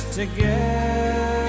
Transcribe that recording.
together